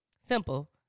Simple